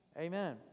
Amen